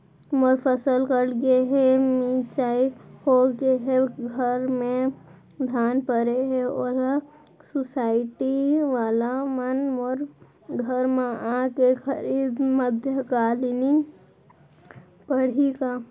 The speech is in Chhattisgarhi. मोर फसल कट गे हे, मिंजाई हो गे हे, घर में धान परे हे, ओला सुसायटी वाला मन मोर घर म आके खरीद मध्यकालीन पड़ही का?